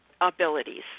abilities